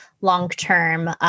long-term